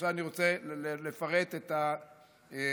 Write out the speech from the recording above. אני רוצה לפרט את הדברים.